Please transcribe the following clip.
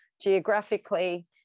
geographically